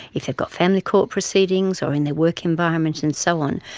if they've got family court proceedings or in their work environment and so on.